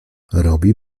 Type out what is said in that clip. robi